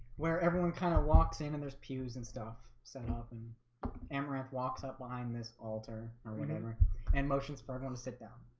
where everyone kind of walks in and there's pews and stuff set up and amaranth walks up behind this altar or whatever and motions for gonna sit down